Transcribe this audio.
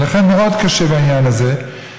ולכן מאוד קשה בעניין הזה,